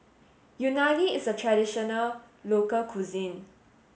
Unagi is a traditional local cuisine